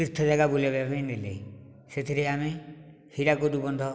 ତୀର୍ଥ ଜାଗା ବୁଲେଇବା ପାଇଁ ନେଲେ ସେଥିରେ ଆମେ ହୀରାକୁଦ ବନ୍ଧ